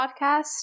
Podcast